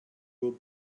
will